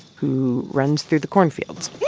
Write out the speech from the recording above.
who runs through the cornfields yeah